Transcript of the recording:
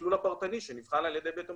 השקלול הפרטני שנבחן על ידי בית המשפט.